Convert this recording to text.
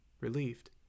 relieved